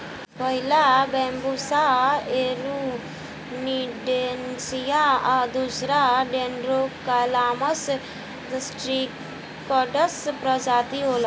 पहिला Bambusa arundinacea आ दूसरका डेन्ड्रोकैलामस स्ट्रीक्ट्स प्रजाति होला